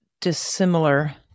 dissimilar